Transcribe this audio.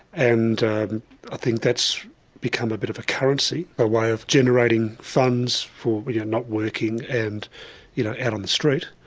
and i think that's become a bit of a currency, a way of generating funds for when you're not working and you know out on the street.